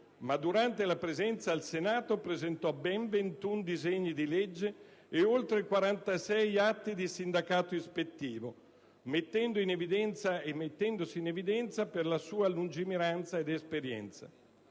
ma durante la presenza al Senato presentò ben 21 disegni di legge ed oltre 46 atti di sindacato ispettivo, mettendosi in evidenza per la sua lungimiranza ed esperienza.